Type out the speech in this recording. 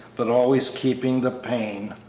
but always keeping the pain.